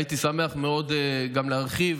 הייתי שמח מאוד גם להרחיב.